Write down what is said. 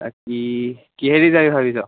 ত কি কিহেৰি যায় ভাবিছ